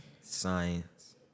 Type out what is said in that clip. science